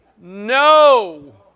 No